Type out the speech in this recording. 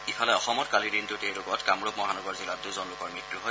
ইফালে অসমত কালিৰ দিনটোত এই ৰোগত কামৰূপ মহানগৰ জিলাৰ দুজন লোকৰ মৃত্যু হয়